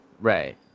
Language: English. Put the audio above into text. Right